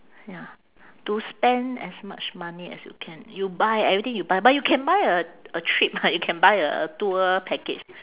ya to spend as much money as you can you buy everything you buy but you can buy a a trip ah you can buy a tour package